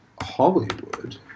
Hollywood